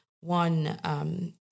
one